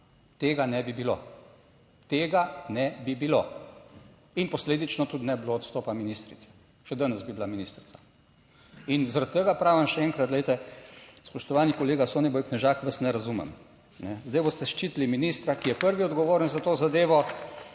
tega ne bi bilo, tega ne bi bilo in posledično tudi ne bi bilo odstopa ministrice, še danes bi bila ministrica in zaradi tega pravim še enkrat, glejte, spoštovani kolega Soniboj Knežak, vas ne razumem. Zdaj boste ščitili ministra, ki je prvi odgovoren za to zadevo,